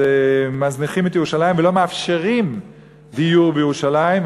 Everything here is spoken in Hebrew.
אז מזניחים את ירושלים ולא מאפשרים דיור בירושלים,